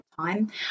time